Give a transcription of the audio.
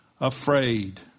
afraid